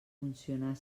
funcionar